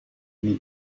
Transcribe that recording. new